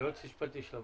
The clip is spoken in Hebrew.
היועץ המשפטי של הוועדה,